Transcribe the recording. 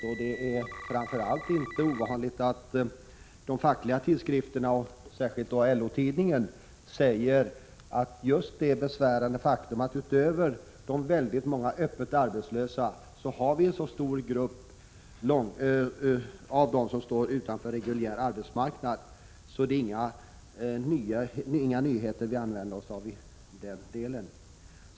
Det är inte ovanligt att de fackliga organisationerna och tidskrifterna — och särskilt då LO-tidningen — pekar på just det besvärande faktum att utöver de väldigt 23 många öppet arbetslösa har vi denna stora grupp som står utanför reguljär arbetsmarknad. Således är det inga nyheter vi kommer med i den delen.